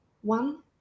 one